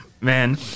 man